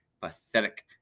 pathetic